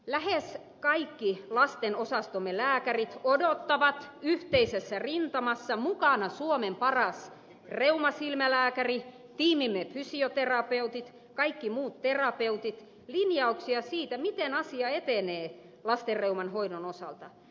lähes kaikki lastenosastomme lääkärit odottavat yhteisessä rintamassa mukana suomen paras reumasilmälääkäri tiimimme fysioterapeutit kaikki muut terapeutit linjauksia siitä miten asia etenee lastenreuman hoidon osalta